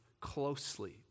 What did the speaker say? closely